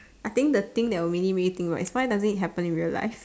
I think the thing that really make me think is why doesn't it happen in real life